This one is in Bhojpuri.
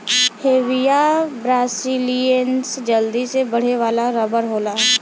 हेविया ब्रासिलिएन्सिस जल्दी से बढ़े वाला रबर होला